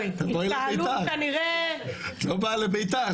התקהלות כנראה --- את לא באה לבית"ר,